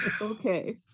Okay